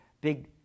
big